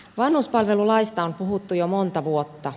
vanhuspalvelulaista on puhuttu jo monta vuotta